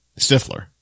Stifler